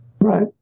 Right